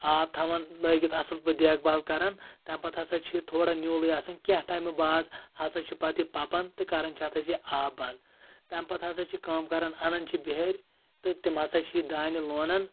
آب تھاوان لٲگِتھ اَصٕل پٲٹھۍ دیکھ بال کران تَمہِ پَتہٕ ہسا چھِ تھوڑا نیوٗلٕے آسان کیٚنٛہہ ٹایمہٕ باد ہسا چھُ پتہٕ یہِ پَپان تہٕ کران چھ اَتھ أسۍ یہِ آب بٛنٛد تَمہِ پَتہٕ ہسا چھِ کٲم کران اَنان چھِ بِہٲرۍ تہٕ تِم ہسا چھِ یہِ دانہِ لونان